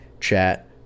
chat